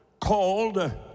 called